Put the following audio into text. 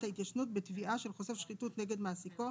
ההתיישנות בתביעה של חושף שחיתות נגד מעסיקו),